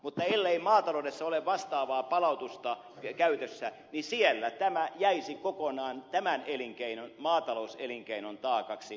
mutta ellei maataloudessa ole vastaavaa palautusta käytössä niin siellä tämä energiaverotuksen korottaminen jäisi kokonaan tämän maatalouselinkeinon taakaksi